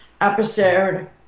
episode